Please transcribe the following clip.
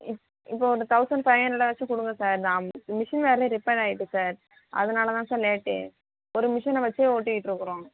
இப் இப்போ ஒரு தெளசண்ட் ஃபைவ் ஹன்ரடாச்சும் கொடுங்க சார் நான் அம் மிஷின் வேறு ரிப்பேர் ஆயிட்டு சார் அதனால தான் சார் லேட்டு ஒரு மிஷினை வச்சே ஓட்டிட்டுருக்குறோம்